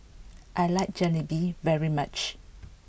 I like Jalebi very much